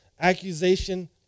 accusation